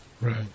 Right